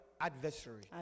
adversary